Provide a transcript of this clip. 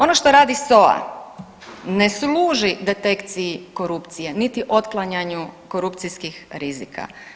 Ono što radi SOA ne služi detekciji korupcije niti otklanjanju korupcijskih rizika.